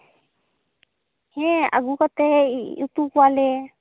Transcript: ᱦᱮᱸ ᱟᱹᱜᱩ ᱠᱟᱛᱮᱫ ᱩᱛᱩ ᱠᱚᱣᱟ ᱞᱮ